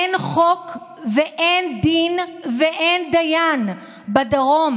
אין חוק, אין דין ואין דיין בדרום.